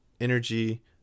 energy